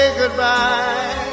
goodbye